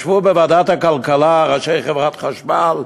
ישבו בוועדת הכלכלה ראשי חברת החשמל,